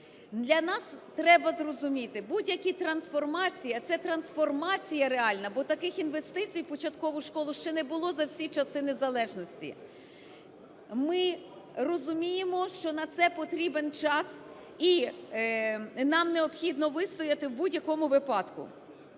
Для нас треба зрозуміти, будь-які трансформації, а це трансформація реальна, бо таких інвестицій в початкову школу ще не було за всі часи незалежності, ми розуміємо, що на це потрібен час. І нам необхідно вистояти в будь-якому випадку.